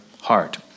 heart